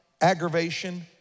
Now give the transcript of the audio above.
aggravation